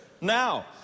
now